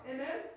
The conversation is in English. Amen